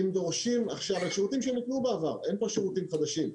על שירותים שניתנו בעבר, אין פה שירותים חדשים.